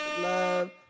love